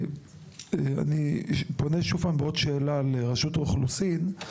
אני פונה שוב בעוד שאלה לרשות האוכלוסין.